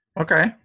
Okay